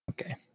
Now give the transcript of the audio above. Okay